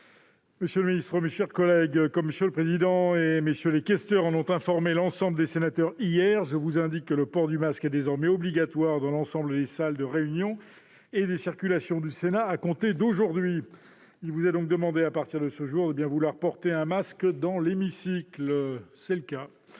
sous les réserves d'usage. Comme M. le président du Sénat et MM. les questeurs en ont informé l'ensemble des sénateurs hier, je vous indique que le port du masque est désormais obligatoire dans l'ensemble des salles de réunion et des circulations du Sénat à compter d'aujourd'hui. Il vous est donc demandé, à partir de ce jour, de bien vouloir porter un masque dans l'hémicycle. L'ordre du